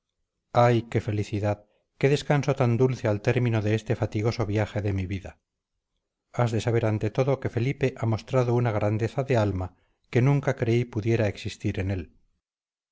ay qué felicidad qué descanso tan dulce al término de este fatigoso viaje de mi vida has de saber ante todo que felipe ha mostrado una grandeza de alma que nunca creí pudiera existir en él